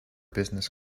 business